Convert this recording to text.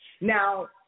Now